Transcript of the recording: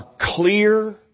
clear